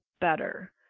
better